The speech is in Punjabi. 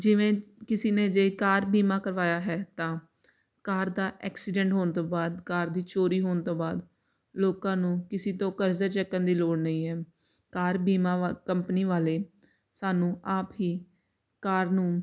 ਜਿਵੇਂ ਕਿਸੇ ਨੇ ਜੇ ਕਾਰ ਬੀਮਾ ਕਰਵਾਇਆ ਹੈ ਤਾਂ ਕਾਰ ਦਾ ਐਕਸੀਡੈਂਟ ਹੋਣ ਤੋਂ ਬਾਅਦ ਕਾਰ ਦੀ ਚੋਰੀ ਹੋਣ ਤੋਂ ਬਾਅਦ ਲੋਕਾਂ ਨੂੰ ਕਿਸੇ ਤੋਂ ਕਰਜ਼ਾ ਚੁੱਕਣ ਦੀ ਲੋੜ ਨਹੀਂ ਹੈ ਕਾਰ ਬੀਮਾ ਕੰਪਨੀ ਵਾਲੇ ਸਾਨੂੰ ਆਪ ਹੀ ਕਾਰ ਨੂੰ